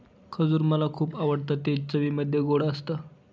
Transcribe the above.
खजूर मला खुप आवडतं ते चवीमध्ये गोड असत